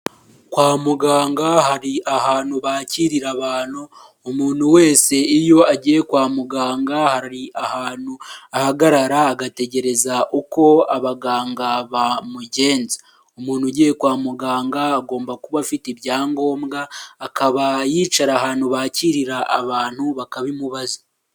Kwa muganga hari ahantu bakirira abantu, umuntu wese iyo agiye kwa muganga, hari ahantu ahagarara agategereza uko abaganga bamugenza, umuntu ugiye kwa muganga agomba kuba afite ibyangombwa, akaba yicara ahantu bakirira abantu bakabimubaza.